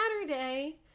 Saturday